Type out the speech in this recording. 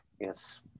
yes